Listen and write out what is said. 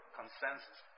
consensus